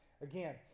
Again